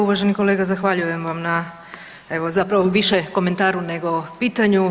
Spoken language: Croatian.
Uvaženi kolega zahvaljujem vam na, evo zapravo više komentaru nego pitanju.